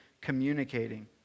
communicating